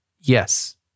Yes